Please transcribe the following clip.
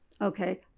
Okay